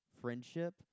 friendship